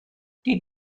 die